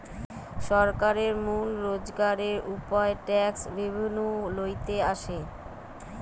সরকারের মূল রোজগারের উপায় ট্যাক্স রেভেন্যু লইতে আসে